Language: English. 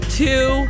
two